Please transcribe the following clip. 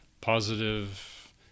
positive